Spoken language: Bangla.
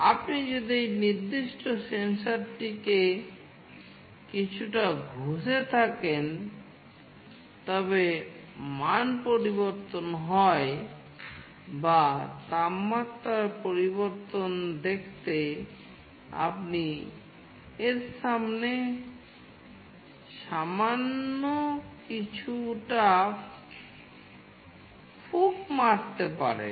আপনি যদি এই নির্দিষ্ট সেন্সরটিকে কিছুটা ঘষে থাকেন তবে মান পরিবর্তন হয় বা তাপমাত্রার পরিবর্তন দেখতে আপনি এর সামনে সামান্য কিছুটা ফুঁক মারতে পারেন